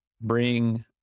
bring